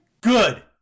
Good